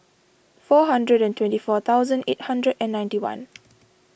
four hundred and twenty four thousand eight hundred and ninety one